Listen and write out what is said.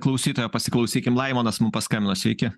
klausytojo pasiklausykim laimonas mum paskambino sveiki